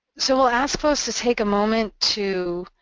so we'll ask folks to take a moment to